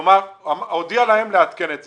כלומר, הודיע להם לעדכן את זה.